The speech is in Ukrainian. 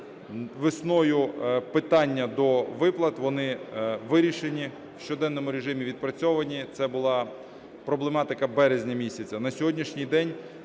весною питання до виплат, вони вирішені, в щоденному режимі відпрацьовані, це була проблематика березня місяця.